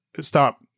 stop